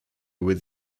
with